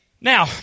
Now